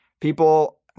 people